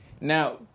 Now